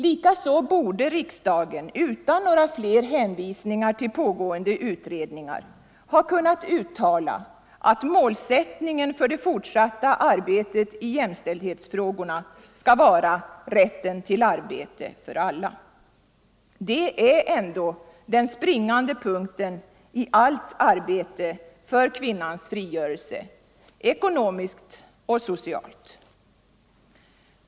Likaså borde riksdagen utan fler hänvisningar till pågående utredningar ha kunnat uttala att målsättningen för den fortsatta verksamheten i jämställdhetsfrågorna skall vara rätten till arbete för alla. Detta är dock den springande punkten i alla strävanden för kvinnans frigörelse —- ekonomiskt och socialt.